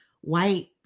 white